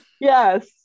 yes